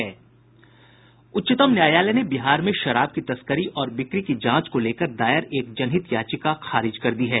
उच्चतम न्यायालय ने बिहार में शराब की तस्करी और बिक्री की जांच को लेकर दायर एक जनहित याचिका खारिज कर दी है